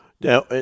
now